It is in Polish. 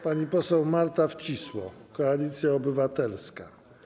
Pani poseł Marta Wcisło, Koalicja Obywatelska.